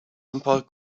important